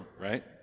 right